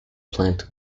plant